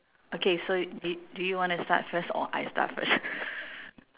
okay so do do you want to start first or I start first